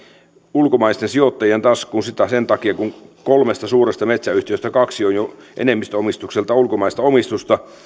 ulkomaisten sijoittajien taskuun sen takia kun kolmesta suuresta metsäyhtiöstä kaksi on jo enemmistöomistukseltaan ulkomaista omistusta